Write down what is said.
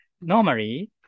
Normally